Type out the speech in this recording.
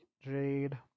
Jade